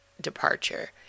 departure